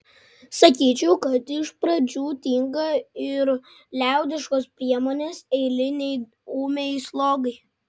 sakyčiau kad iš pradžių tinka ir liaudiškos priemonės eilinei ūmiai slogai